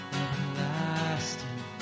everlasting